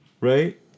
right